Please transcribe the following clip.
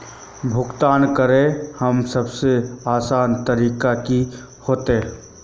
भुगतान करे में सबसे आसान तरीका की होते?